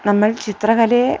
നമ്മൾ ചിത്രകലയെ